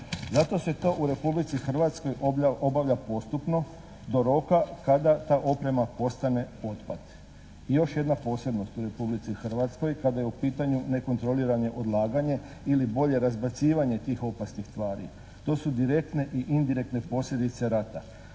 Zato se to u Republici Hrvatskoj obavlja postupno do roka kada ta oprema postane otpad. I još jedna posebnost u Republici Hrvatskoj kada je u pitanju nekontrolirano odlaganje ili bolje razbacivanje tih opasnih tvari. To su direktne i indirektne posljedice rata.